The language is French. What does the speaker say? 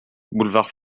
boulevard